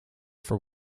for